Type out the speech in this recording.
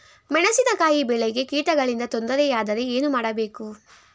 ಮೆಣಸಿನಕಾಯಿ ಬೆಳೆಗೆ ಕೀಟಗಳಿಂದ ತೊಂದರೆ ಯಾದರೆ ಏನು ಮಾಡಬೇಕು?